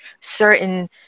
certain